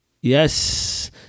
Yes